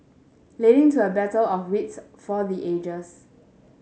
leading to a battle of wits for the ages